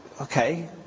Okay